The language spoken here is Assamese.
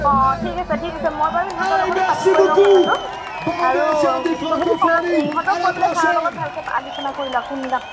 অ ঠিক আছে ঠিক আছে মই বাৰু ইহঁতৰ লগতো পাতি কৰি লওঁ কথাটো আৰু তুমি ছাৰক ইহঁতক কৈ পেলাই ছাৰৰ লগত ভালকৈ আলোচনা কৰি লোৱা কোনদিনা